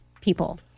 people